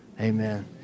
amen